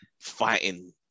fighting